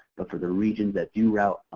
but for the regions that do route,